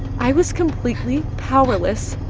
i was completely powerless.